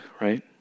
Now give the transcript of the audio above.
right